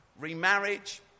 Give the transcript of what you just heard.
Remarriage